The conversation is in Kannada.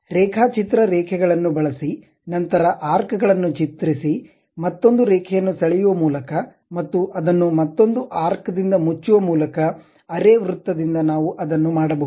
ರೇಖಾಚಿತ್ರ ರೇಖೆಗಳನ್ನು ಬಳಸಿ ನಂತರ ಆರ್ಕ್ ಗಳನ್ನು ಚಿತ್ರಿಸಿ ಮತ್ತೊಂದು ರೇಖೆಯನ್ನು ಸೆಳೆಯುವ ಮೂಲಕ ಮತ್ತು ಅದನ್ನು ಮತ್ತೊಂದು ಆರ್ಕ್ ದಿಂದ ಮುಚ್ಚುವ ಮೂಲಕ ಅರೆ ವೃತ್ತದಿಂದ ನಾವು ಅದನ್ನು ಮಾಡಬಹುದು